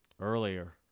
Earlier